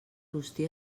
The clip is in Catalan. rostir